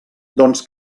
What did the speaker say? doncs